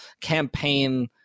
campaign